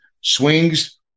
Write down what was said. swings